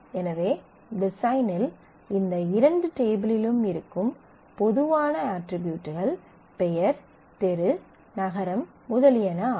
எனவே டிசைனில் இந்த இரண்டு டேபிளிலும் இருக்கும் பொதுவான அட்ரிபியூட்கள் பெயர் தெரு நகரம் முதலியன ஆகும்